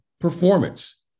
performance